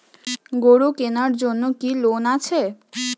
গরু কেনার জন্য কি কোন লোন আছে?